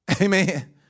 Amen